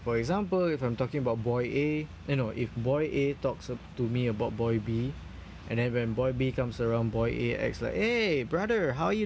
for example if I'm talking about boy A eh no if boy A talks uh to me about boy B and the when boy B comes around boy A acts like !hey! brother how are you